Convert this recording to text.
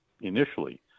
initially